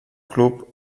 club